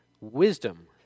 wisdom